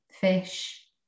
fish